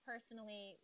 Personally